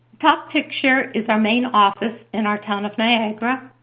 top picture is our main office in our town of niagara.